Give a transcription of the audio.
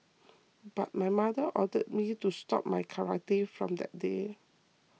but my mother ordered me to stop my karate from that day